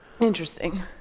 interesting